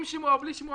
עם שימוע או בלי שימוע,